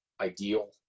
ideal